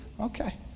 Okay